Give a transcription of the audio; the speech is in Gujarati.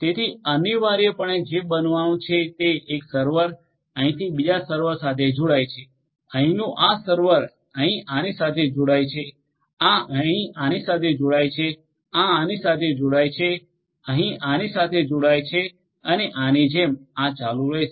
તેથી અનિવાર્યપણે જે બનવાનું છે તે એક સર્વર અહીંથી બીજા સર્વર સાથે જોડાય છે અહીંનું આ સર્વર અહીં આની સાથે જોડાય છે આ અહીં આની સાથે જોડાય છે આ આની સાથે જોડાય છે અહીં આની સાથે જોડાય છે અને આની જેમ આ ચાલુ રહેશે